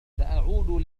سأعود